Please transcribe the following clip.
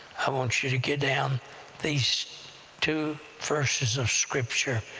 i want you to get down these two verses of scripture.